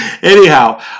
Anyhow